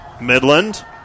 Midland